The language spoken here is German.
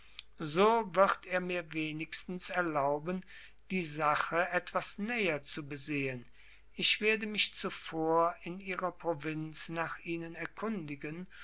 so wird er mir wenigstens erlauben die sache etwas näher zu besehn ich werde mich zuvor in ihrer provinz nach ihnen erkundigen